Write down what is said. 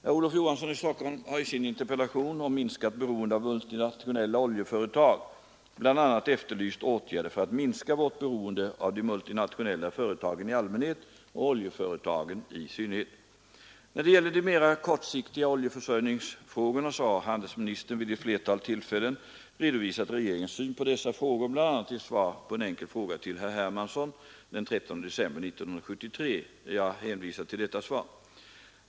Herr Olof Johansson i Stockholm har i sin interpellation om minskat beroende av multinationella oljeföretag bl.a. efterlyst åtgärder för att minska vårt beroende av de multinationella företagen i allmänhet och oljeföretagen i synnerhet. När det gäller de mera kortsiktiga oljeförsörjningsfrågorna har handelsministern vid ett flertal tillfällen redovisat regeringens syn på dessa frågor, bl.a. i ett svar på en enkel fråga till herr Hermansson den 13 december 1973. Jag hänvisar till detta svar.